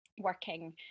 working